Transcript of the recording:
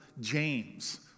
James